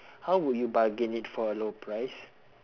how would you bargain it for a low price